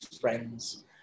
friends